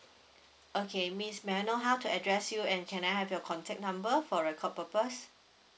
okay miss may I know how to address you and can I have your contact number for record purpose